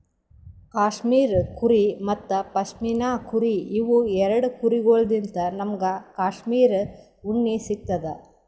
cashmere ಕುರಿ ಮತ್ತ್ ಪಶ್ಮಿನಾ ಕುರಿ ಇವ್ ಎರಡ ಕುರಿಗೊಳ್ಳಿನ್ತ್ ನಮ್ಗ್ ಕ್ಯಾಶ್ಮೀರ್ ಉಣ್ಣಿ ಸಿಗ್ತದ್